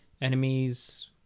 enemies